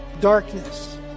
darkness